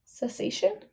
cessation